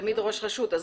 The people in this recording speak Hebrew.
רשות ממנה.